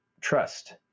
trust